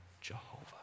Jehovah